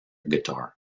guitar